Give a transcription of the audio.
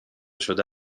شده